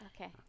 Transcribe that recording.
okay